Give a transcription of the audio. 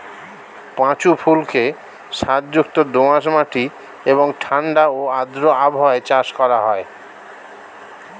পাঁচু ফুলকে সারযুক্ত দোআঁশ মাটি এবং ঠাণ্ডা ও আর্দ্র আবহাওয়ায় চাষ করা হয়